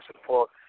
support